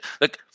Look –